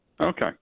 Okay